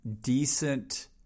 decent